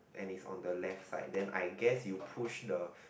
and is on the left side then I guess you push the